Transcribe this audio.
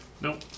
Nope